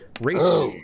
Race